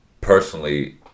personally